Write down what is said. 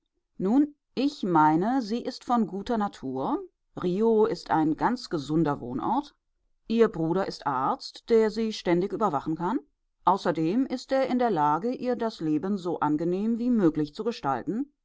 nun ich meine sie ist von guter natur rio ist ein ganz gesunder wohnort ihr bruder ist arzt der sie ständig überwachen kann außerdem ist er in der lage ihr das leben so angenehm wie möglich zu gestalten